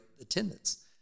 attendance